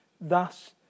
Thus